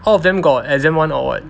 all of them got exam [one] or what